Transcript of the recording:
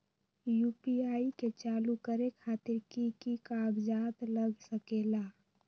UPI के चालु करे खातीर कि की कागज़ात लग सकेला?